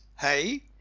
hey